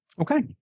Okay